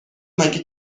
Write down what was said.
مگه